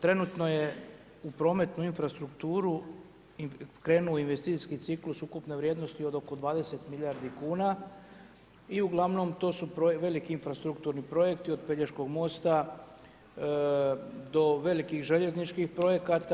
Trenutno je u prometnu infrastrukturu krenuo investicijski ciklus ukupne vrijednosti od oko 20 milijardi kuna i uglavnom to su veliki infrastrukturni projekti, od Pelješkog mosta do velikih željezničkih projekata.